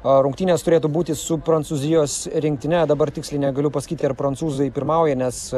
a rungtynės turėtų būti su prancūzijos rinktine dabar tiksliai negaliu pasakyti ar prancūzai pirmauja nes